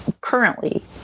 currently